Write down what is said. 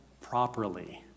properly